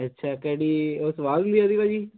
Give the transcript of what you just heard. ਚੈਕੀ ਉਹ ਸਵਾਦ ਵੀ ਆਉਂਦੀ ਭਾਅ ਜੀ